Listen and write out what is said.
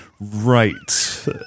right